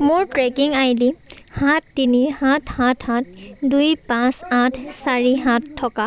মোৰ tracking I D সাত তিনি সাত সাত সাত দুই পাঁচ আঠ চাৰি সাত থকা